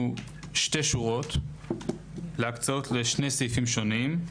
שתי שורות להקצאות לשני סעיפים שונים.